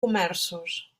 comerços